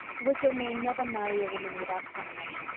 wickham will never marry a woman without some money.